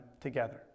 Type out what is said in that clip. together